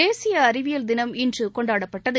தேசிய அறிவியல் தினம் இன்று கொண்டாடப்பட்டது